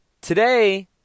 Today